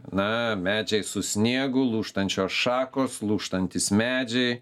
na medžiai su sniegu lūžtančios šakos lūžtantys medžiai